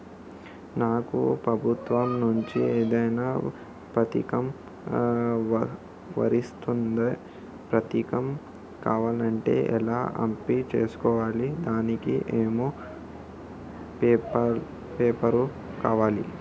నాకు ప్రభుత్వం నుంచి ఏదైనా పథకం వర్తిస్తుందా? పథకం కావాలంటే ఎలా అప్లై చేసుకోవాలి? దానికి ఏమేం పేపర్లు కావాలి?